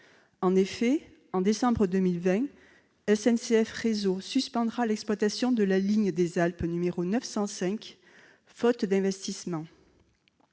En effet, en décembre 2020, SNCF Réseau suspendra l'exploitation de la ligne des Alpes n° 905, faute d'investissements.